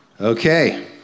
Okay